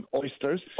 oysters